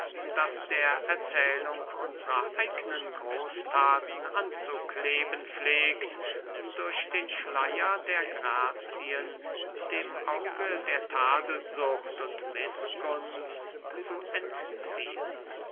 das der erzählung unsrer eignen großthaten anzukleben pflegt durch den schleier der grazien dem auge der tadelsucht und mißgunst zu entziehen